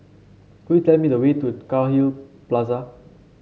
could you tell me the way to Cairnhill Plaza